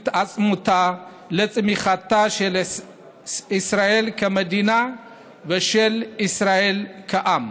להתעצמותה ולצמיחתה של ישראל כמדינה ושל ישראל כעם.